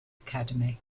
academy